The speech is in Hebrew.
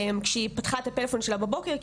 כשהיא פתחה את הפלאפון שלה בבוקר היא